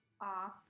off